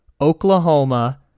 Oklahoma